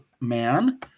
man